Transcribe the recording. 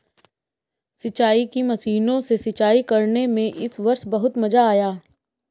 सिंचाई की मशीनों से सिंचाई करने में इस वर्ष बहुत मजा आया